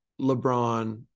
LeBron